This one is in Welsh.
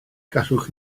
gallwch